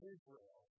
Israel